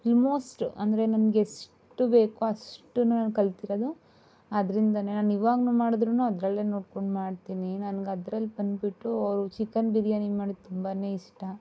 almost ಅಂದರೆ ನಮಗೆ ಎಷ್ಟು ಬೇಕು ಅಷ್ಟುನು ನಾ ಕಲಿತಿರೋದು ಅದರಿಂದಾನೇ ನಾನು ಇವಾಗಲೂ ಮಾಡಿದ್ರುನು ಅದರಲ್ಲೇ ನೋಡ್ಕೊಂಡು ಮಾಡ್ತೀನಿ ನಂಗೆ ಅದ್ರಲ್ಲಿ ಬಂದು ಬಿಟ್ಟು ಅವರು ಚಿಕನ್ ಬಿರಿಯಾನಿ ಮಾಡೋದು ತುಂಬಾನೇ ಇಷ್ಟ